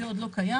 זה עוד לא קיים.